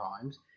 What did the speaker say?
times